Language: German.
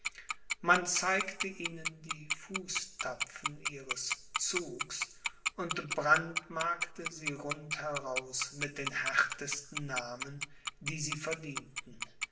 man zeigte ihnen die fußtapfen ihres zugs und brandmarkte sie rund heraus mit den härtesten namen die sie verdienten